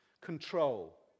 Control